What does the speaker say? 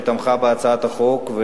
שתמכה בהצעת החוק,